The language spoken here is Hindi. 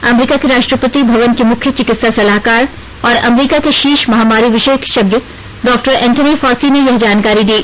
अमरीका के राष्ट्रपति भवन के मुख्य चिकित्सा सलाहकार और अमरीका के शीर्ष महामारी विशेषज्ञ डॉक्टर एंथनी फॉसी ने यह जानकारी दी